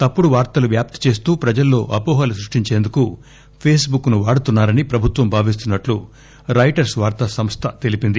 తప్పుడు వార్తలు వ్యాప్తి చేస్తూ ప్రజల్లో అహోహలు సృష్టించేందుకు ఫీస్ బుక్ ను వాడుతున్నారని ప్రభుత్వం భావిస్తున్నట్టు రాయిటర్స్ తెలిపింది